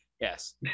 Yes